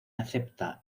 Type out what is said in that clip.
acepta